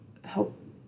help